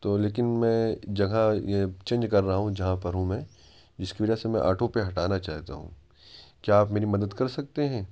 تو لیکن میں جگہ یہ چینج کر رہا ہوں جہاں پر ہوں میں جس کی وجہ سے میں آٹو پے ہٹانا چاہتا ہوں کیا آپ میری مدد کر سکتے ہیں